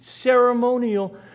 Ceremonial